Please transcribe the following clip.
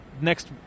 next